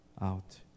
out